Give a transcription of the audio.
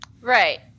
right